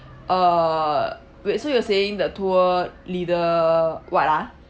uh wait so you were saying the tour leader what ah